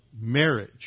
marriage